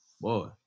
Boy